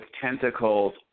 tentacles